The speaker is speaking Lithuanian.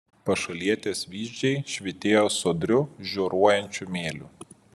pašalietės vyzdžiai švytėjo sodriu žioruojančiu mėliu